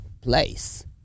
place